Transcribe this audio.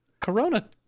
Corona